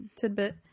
tidbit